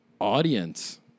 Audience